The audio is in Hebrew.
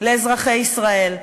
לאזרחי ישראל,